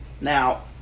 Now